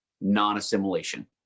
non-assimilation